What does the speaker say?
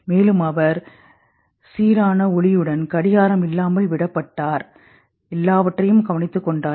மேலும் அவர் சீரான ஒளியுடன் கடிகாரம் இல்லாமல் விடப்பட்டார் எல்லாவற்றையும் கவனித்துக்கொண்டார்